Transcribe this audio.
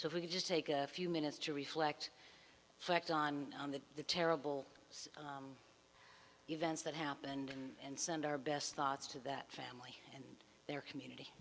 if we could just take a few minutes to reflect fact on on the the terrible events that happened and send our best thoughts to that family and their community